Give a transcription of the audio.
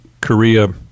Korea